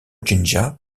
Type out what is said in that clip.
jinja